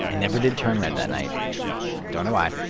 and never did turn red that night don't know why,